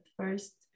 first